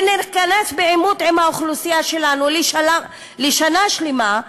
וניכנס בעימות עם האוכלוסייה שלנו לשנה שלמה,